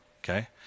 Okay